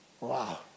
Wow